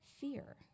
fear